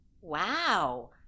wow